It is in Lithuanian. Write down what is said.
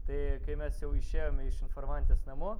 tai kai mes jau išėjome iš informantės namų